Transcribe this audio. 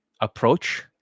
approach